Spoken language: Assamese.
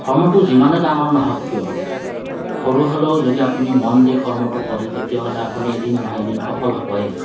কৰ্মটো যিমানে ডাঙৰ নহওঁক কিয় সৰু হ'লেও আপুনি যদি মন দি কৰ্মটো কৰে তেতিয়াহ'লে আপুনি এদিন নহয় এদিন সফল হ'বই